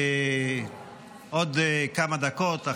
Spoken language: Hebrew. עוד כמה דקות,